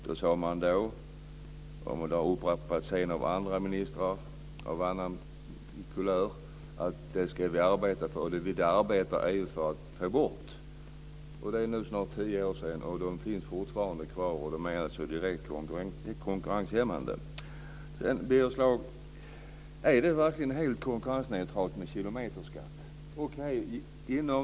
Då sade man, och det har sedan upprepats av andra ministrar av annan kulör, att det arbetar EU för att ta bort. Det är nu snart tio år sedan och de finns fortfarande kvar. De är direkt konkurrenshämmande. Birger Schlaug! Är det verkligen helt konkurrensneutralt med kilometerskatt?